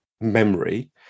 memory